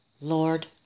Lord